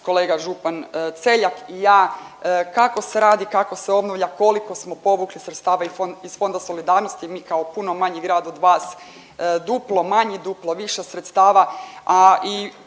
kolega župan Celjak i ja kako se radi, kako se obnavlja, koliko smo povukli sredstava iz Fonda solidarnosti mi kao puno manji grad od vas, duplo manji, duplo više sredstava, a i